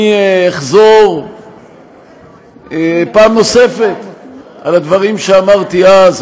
אני אחזור פעם נוספת על הדברים שאמרתי אז,